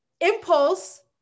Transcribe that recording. impulse